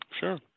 sure